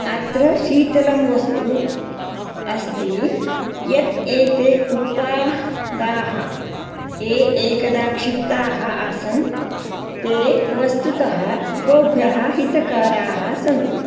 अत्र शीतलं वस्तु अस्ति यत् एते उत्पा दाः ये एकदा क्षिप्ताः आसन् ते वस्तुतः गोभ्यः हितकाराः सन्ति